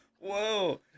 Whoa